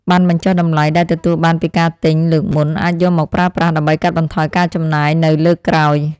ប័ណ្ណបញ្ចុះតម្លៃដែលទទួលបានពីការទិញលើកមុនអាចយកមកប្រើប្រាស់ដើម្បីកាត់បន្ថយការចំណាយនៅលើកក្រោយ។